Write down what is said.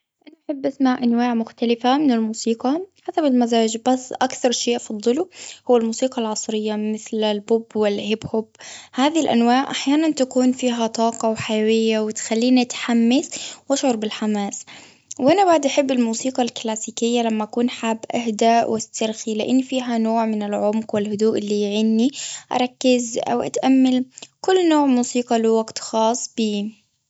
أنا أحب أسمع أنواع مختلفة من الموسيقى، حسب المزاج. بس أكثر شي أفضلوا هو الموسيقى العصرية، مثل البوب والهيب هوب. هذه الأنواع أحيانًا تكون فيها طاقة، وحيوية، وتخليني أتحمس وأشعر بالحماس. وأنا بعد أحب الموسيقى الكلاسيكية، لما أكون حابة اهداء وأسترخي. لأن فيها نوع من العمق والهدوء، اللي يعيني أركز، أو أتأمل. كل نوع موسيقى، له وقت خاص بيه.